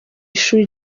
ishuri